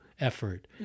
effort